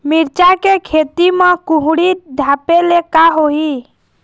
मिरचा के खेती म कुहड़ी ढापे ले का होही?